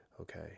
okay